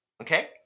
okay